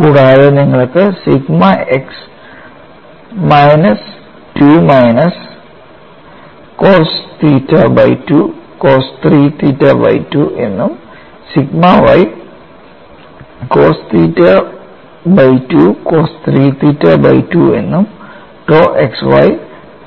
കൂടാതെ നിങ്ങൾക്ക് sigma x minus 2 minus cos theta by 2 cos 3 theta by 2 എന്നും sigma y cos theta by 2 cos 3 theta by 2 എന്നും tau xy